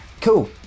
Cool